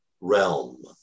realm